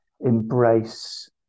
embrace